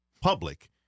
public